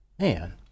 man